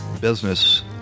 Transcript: business